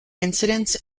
incidents